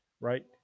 right